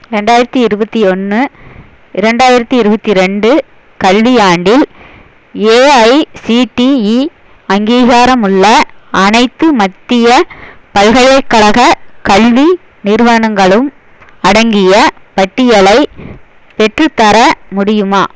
ரெண்டாயிரத்தி இருபத்தி ஒன்று இரண்டாயிரத்தி இருபத்தி ரெண்டு கல்வியாண்டில் ஏஐசிடிஇ அங்கீகாரமுள்ள அனைத்து மத்திய பல்கலைக்கழக கல்வி நிறுவனங்களும் அடங்கிய பட்டியலை பெற்றுத்தர முடியுமா